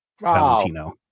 Valentino